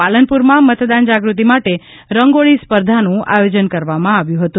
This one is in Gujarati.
પાલનપુરમાં મતદાન જાગૃતિ માટે રંગોળી સ્પર્ધાનું આયોજન કરવામાં આવ્યું હતું